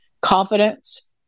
confidence